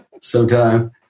sometime